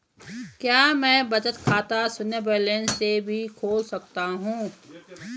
क्या मैं बचत खाता शून्य बैलेंस से भी खोल सकता हूँ?